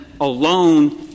alone